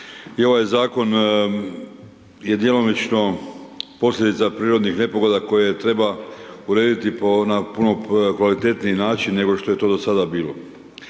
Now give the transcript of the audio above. ovaj zakon je djelomično posljedica prirodnih nepogoda koje treba urediti na puno kvalitetniji način nego što je to do sada bilo.